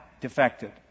defected